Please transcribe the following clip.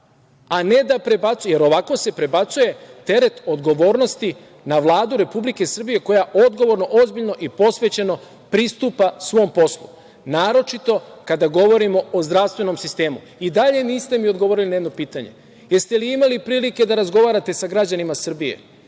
stvari, jer ovako se prebacuje teret odgovornosti na Vladu Republike Srbije koja odgovorno, ozbiljno i posvećeno pristupa svom poslu, naročito kada govorimo o zdravstvenom sistemu.I dalje mi niste odgovorili na jedno pitanje - jeste li imali prilike da razgovarate sa građanima Srbije